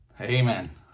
amen